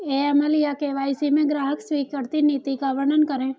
AML या KYC में ग्राहक स्वीकृति नीति का वर्णन करें?